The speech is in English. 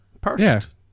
Perfect